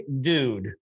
dude